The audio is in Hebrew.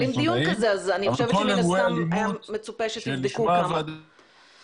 זו בדיוק הבעיה, שלא בודקים את זה.